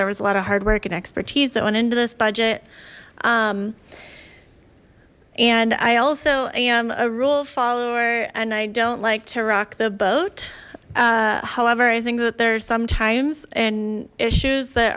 there was a lot of hard work and expertise that went into this budget and i also am a rule follower and i don't like to rock the boat however i think that there are some times in issues that